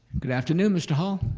good afternoon mr. hall.